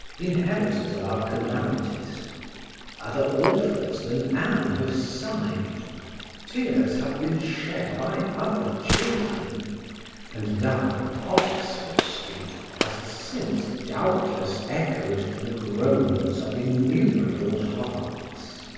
inheritors of our calamities other orphans than ann have sighed tears have been shed by other children and thou, oxford street, hast since doubtless echoed to the groans of innumerable hearts.